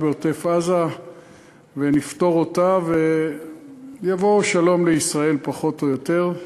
בעוטף-עזה ונפתור אותה ויבוא שלום על ישראל פחות או יותר.